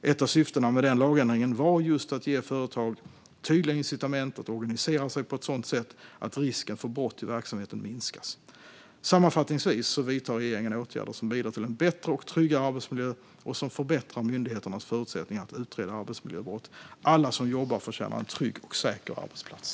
Ett av syftena med den lagändringen var just att ge företag tydliga incitament att organisera sig på ett sådant sätt att risken för brott i verksamheten minskas. Sammanfattningsvis vidtar regeringen åtgärder som bidrar till en bättre och tryggare arbetsmiljö och som förbättrar myndigheternas förutsättningar att utreda arbetsmiljöbrott. Alla som jobbar förtjänar en trygg och säker arbetsplats.